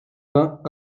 vingt